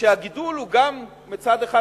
כשהגידול הוא גם מצד אחד